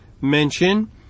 mention